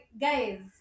guys